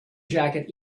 jacket